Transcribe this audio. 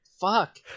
Fuck